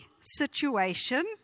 situation